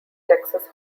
texas